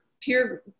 peer